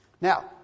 Now